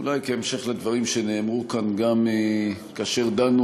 אולי כהמשך לדברים שנאמרו כאן גם כאשר דנו